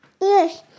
Yes